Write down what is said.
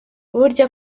burya